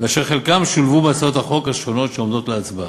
ואשר חלקן שולבו בהצעות החוק השונות שעומדות להצבעה: